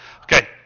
Okay